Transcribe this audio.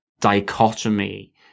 dichotomy